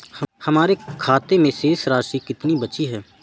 हमारे खाते में शेष राशि कितनी बची है?